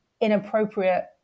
inappropriate